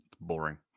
Boring